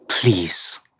please